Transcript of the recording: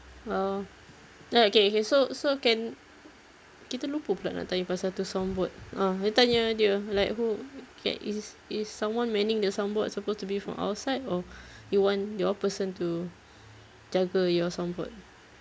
oh ya okay okay so so can kita lupa pula nak tanya pasal tu sound board ah you tanya dia like who ca~ is is someone manning the sound board supposed to be from our side or you want your person to jaga your sound board